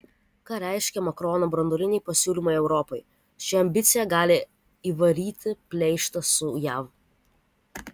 ką reiškia makrono branduoliniai pasiūlymai europai ši ambicija gali įvaryti pleištą su jav